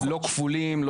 לא כפולים.